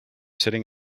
sitting